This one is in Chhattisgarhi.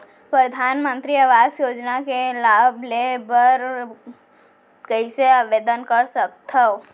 परधानमंतरी आवास योजना के लाभ ले बर कइसे आवेदन कर सकथव?